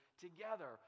together